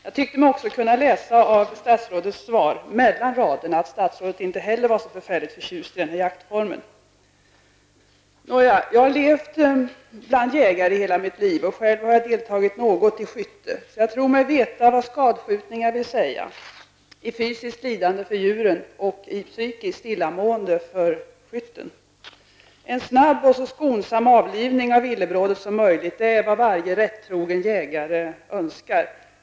Jag tyckte mig kunna läsa av statsrådets svar, mellan raderna, att statsrådet inte heller är så förtjust i denna jaktform. Jag har levt bland jägare i hela mitt liv. Själv har jag deltagit något i skytte. Jag tror mig veta vad skadskjutningar vill säga i fysiskt lidande för djuren och i psykiskt illamående för skytten. En snabb och så skonsam avlivning av villebrådet som möjligt är vad varje rättrogen jägare önskar.